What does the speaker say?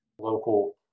local